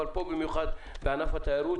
אבל פה במיוחד בענף התיירות,